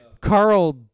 Carl